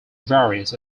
varies